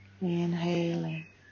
inhaling